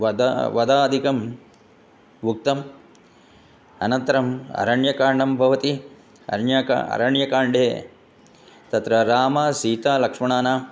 वद वदाधिकम् उक्तम् अनन्तरम् अरण्यकाण्डं भवति अन्यका अरण्यकाण्डे तत्र रामसीतालक्ष्मणानाम्